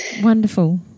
wonderful